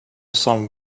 some